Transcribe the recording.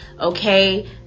okay